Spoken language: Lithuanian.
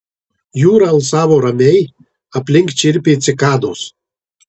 jūra alsavo ramiai aplink čirpė cikados